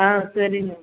ஆ சரி மேம்